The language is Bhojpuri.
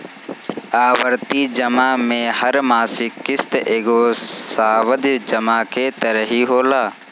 आवर्ती जमा में हर मासिक किश्त एगो सावधि जमा की तरही होला